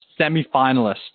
semifinalist